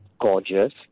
gorgeous